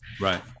Right